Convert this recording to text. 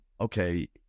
okay